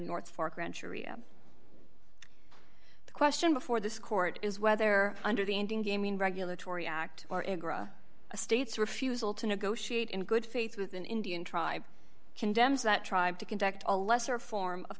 area the question before this court is whether under the indian gaming regulatory act or agra a state's refusal to negotiate in good faith with an indian tribe condemns that tribe to conduct a lesser form of